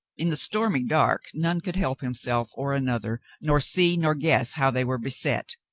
in the stormy dark none could help himself or another, nor see nor guess how they were beset.